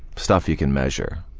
stuff you can measure.